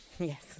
Yes